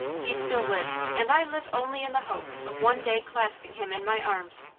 he still lives, and i live only in the hope of one day clasping him in my arms.